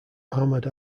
armoured